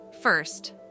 First